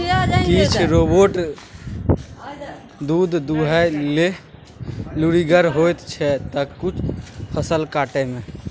किछ रोबोट दुध दुहय मे लुरिगर होइ छै त किछ फसल काटय मे